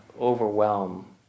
overwhelm